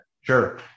Sure